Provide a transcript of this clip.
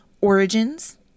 origins